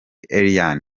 eliane